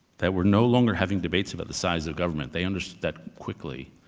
that were no longer having debates about the size of government. they understood that quickly,